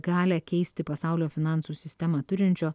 galią keisti pasaulio finansų sistemą turinčio